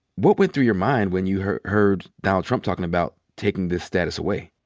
what went through your mind when you heard heard donald trump talkin' about taking this status away?